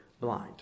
blind